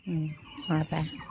मा बा